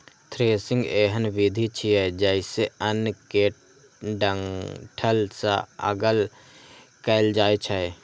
threshing एहन विधि छियै, जइसे अन्न कें डंठल सं अगल कैल जाए छै